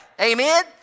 Amen